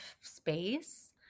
space